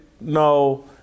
No